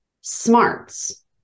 smarts